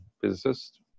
physicist